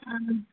आम्